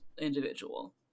individual